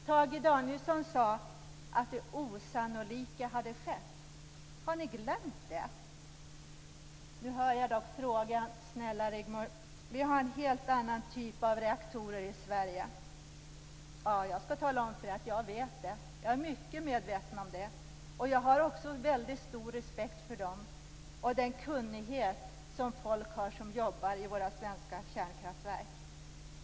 Tage Danielsson sade att det osannolika hade skett. Har ni glömt det? Nu hör jag någon säga: Snälla Rigmor - vi har en helt annat typ av reaktorer i Sverige. Jag kan tala om att jag vet det. Jag är mycket medveten om det. Jag har också väldigt stor respekt för dem och den kunnighet som de människor har som jobbar i svenska kärnkraftverk.